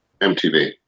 MTV